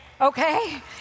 okay